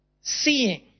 seeing